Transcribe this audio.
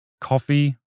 coffee